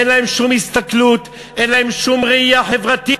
אין להם שום הסתכלות, אין להם שום ראייה חברתית.